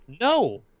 No